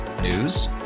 News